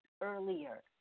earlier